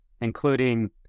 including